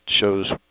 shows